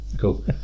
Cool